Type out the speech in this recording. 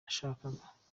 nashakaga